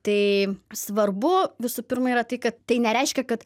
tai svarbu visų pirma yra tai kad tai nereiškia kad